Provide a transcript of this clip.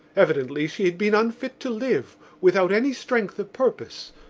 evidently she had been unfit to live, without any strength of purpose,